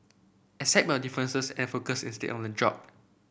accept your differences and focus instead on the job